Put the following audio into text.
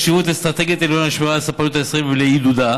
יש חשיבות אסטרטגית עליונה לשמירה על הספנות הישראלית ולעידודה,